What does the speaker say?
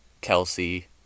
Kelsey